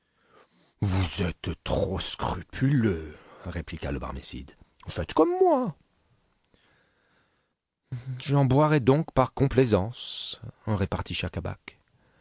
vous êtes trop scrupuleux répliqua le barmécide faites comme moi j'en boirai donc par complaisance repartit schacabac